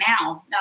now